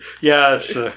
Yes